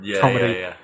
comedy